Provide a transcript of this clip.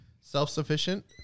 self-sufficient